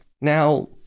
Now